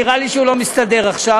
נראה לי שהוא לא מסתדר עכשיו,